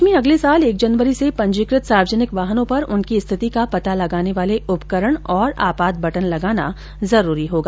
देश में अगले साल एक जनवरी से पंजीकृत सार्वजनिक वाहनों पर उनकी स्थिति का पता लगाने वाले उपकरण ओर आपात बटन लगाना जरूरी होगा